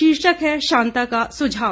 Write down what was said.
शीर्षक है शांता का सुझाव